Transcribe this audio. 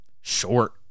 short